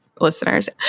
listeners